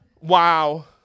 wow